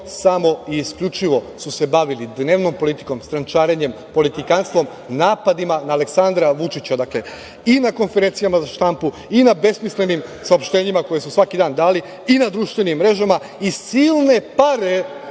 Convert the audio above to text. samo isključivo su se bavili dnevnom politikom, strančarenjem, politikanstvom, napadima na Aleksandra Vučića. Dakle, i na konferencijama za štampu i na besmislenim saopštenjima koje su svaki dan davali i na društvenim mrežama i silne pare